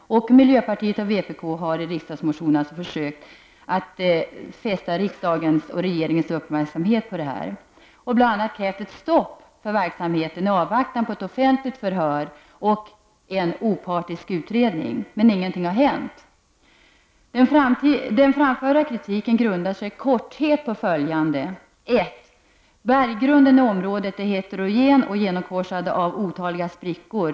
Miljöpartiet och vpk har i riksdagsmotioner försökt fästa riksdagens och regeringens uppmärksamhet på detta och bl.a. krävt ett stopp för verksamheten i avvaktan på ett offentligt förhör och en opartisk utredning. Men ingenting har hänt. Den framförda kritiken grundar sig i korthet på följande: 1. Berggrunden i området är heterogen och genomkorsad av otaliga sprickor.